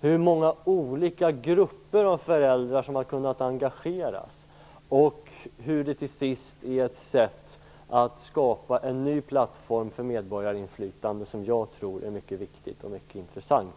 hur många olika grupper av föräldrar som har kunnat engageras och hur det till sist är ett sätt att skapa en ny plattform för medborgarinflytande, som jag tror är mycket viktigt och mycket intressant.